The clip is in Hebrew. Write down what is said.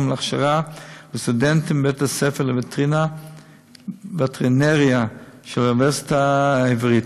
להכשרה לסטודנטים בבית-הספר לווטרינריה של האוניברסיטה העברית.